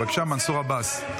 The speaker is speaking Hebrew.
בבקשה, מנסור עבאס.